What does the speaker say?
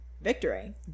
victory